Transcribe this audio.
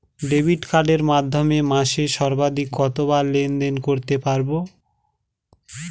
Debit কার্ডের মাধ্যমে মাসে সর্বাধিক কতবার লেনদেন করতে পারবো?